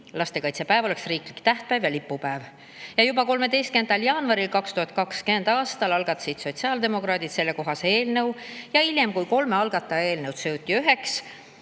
lastekaitsepäev, oleks riiklik tähtpäev ja lipupäev. Ja juba 13. jaanuaril 2020. aastal algatasid sotsiaaldemokraadid sellekohase eelnõu ja hiljem, kui kolme algataja eelnõud olid üheks